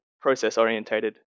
process-orientated